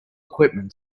equipment